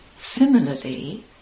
similarly